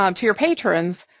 um to your patrons,